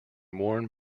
worn